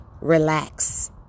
relax